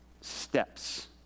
steps